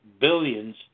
billions